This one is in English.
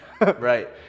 right